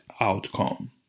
outcome